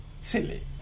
Silly